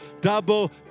double